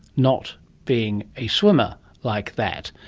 not being a swimmer like that.